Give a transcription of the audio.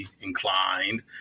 inclined